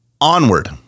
onward